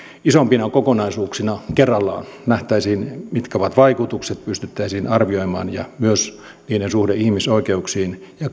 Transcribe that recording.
isompina kokonaisuuksina kerrallaan nähtäisiin mitkä ovat vaikutukset ne pystyttäisiin arvioimaan ja myös niiden suhde ihmisoikeuksiin ja